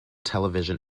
television